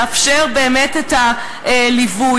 לאפשר באמת את הליווי.